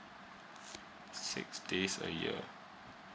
six days a year